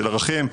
של ערכים,